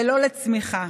ולא לצמיחה.